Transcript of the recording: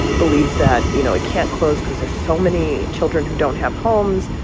believes that, you know, it can't close because there's so many children who don't have homes.